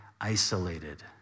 isolated